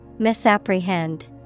Misapprehend